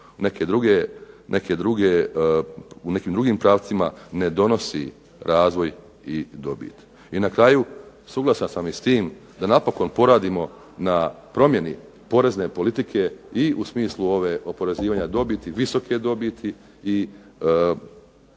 u nekim drugim pravcima ne donosi razvoj i dobit. I na kraju, suglasan sam i s tim da napokon poradimo na promjeni porezne politike i u smislu oporezivanja dobiti, visoke dobiti i